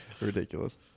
Ridiculous